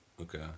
okay